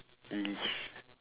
!ee!